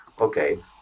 okay